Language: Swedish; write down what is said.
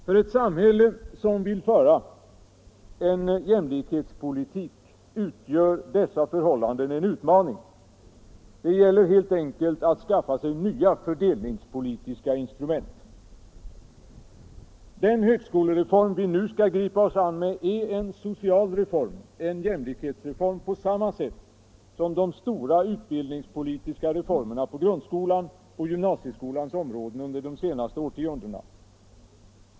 För ett samhälle som vill föra en jämlikhetspolitik utgör dessa förhållanden en utmaning. Det gäller helt enkelt att skaffa sig nya fördelningspolitiska instrument. Den högskolereform vi nu skall gripa oss an med är en social reform, en jämlikhetsreform, på samma sätt som de stora utbildningspolitiska reformerna på grundskolans och gymnasieskolans områden under de senaste årtiondena.